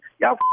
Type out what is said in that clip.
Y'all